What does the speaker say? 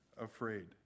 afraid